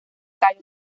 cayo